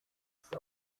ist